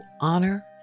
honor